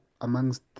amongst